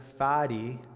Fadi